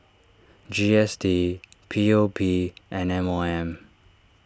G S T P O P and M O M